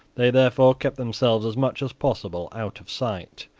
they therefore kept themselves as much as possible out of sight,